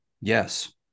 Yes